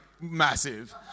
Massive